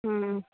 ம் ம்